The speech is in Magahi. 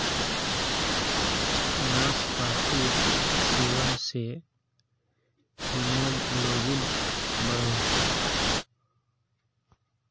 नास्पातिर सेवन से हीमोग्लोबिन बढ़ोह